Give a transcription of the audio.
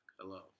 Hello